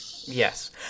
Yes